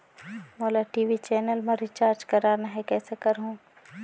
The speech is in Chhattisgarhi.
मोला टी.वी चैनल मा रिचार्ज करना हे, कइसे करहुँ?